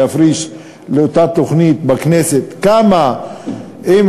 כדי להפריש לאותה תוכנית בכנסת: אם אני